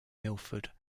milford